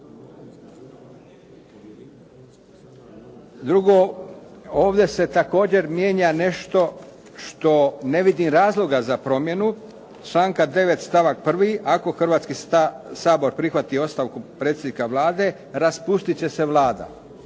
Drugo, ovdje se također mijenja nešto što ne vidim razloga za promjenu, članka 9. stavak 1. "Ako Hrvatski sabora prihvati ostavku predsjednika Vlade, raspustit će se Vlada."